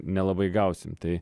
nelabai gausim tai